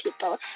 people